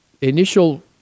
initial